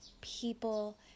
people